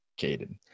Caden